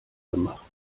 gemacht